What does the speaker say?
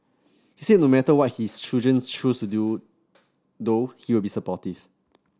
he said no matter what his children choose to do though he'll be supportive